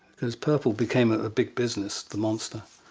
because purple became a ah big business, the monster.